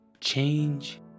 Change